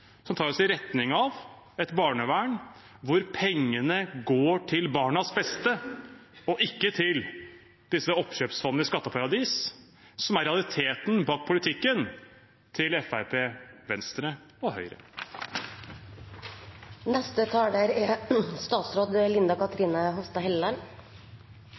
som tar oss i retning av et barnevern der pengene går til barnas beste og ikke til disse oppkjøpsfondene i skatteparadiser, som er realiteten bak politikken til Fremskrittspartiet, Venstre og